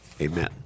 amen